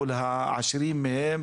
מול העשירים מהם,